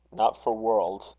not for worlds,